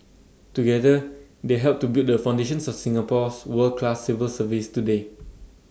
together they helped to build the foundations of Singapore's world class civil service today